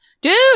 dude